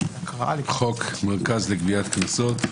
בהצעת חוק המרכז לגביית קנסות,